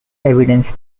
evidence